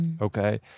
Okay